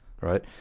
Right